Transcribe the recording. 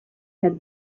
had